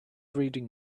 reading